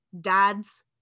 dads